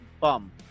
bum